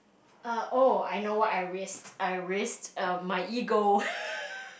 err oh I know what I risk I risk err my ego